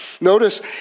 Notice